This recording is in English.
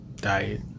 Diet